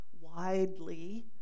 widely